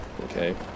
Okay